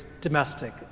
domestic